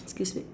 excuse me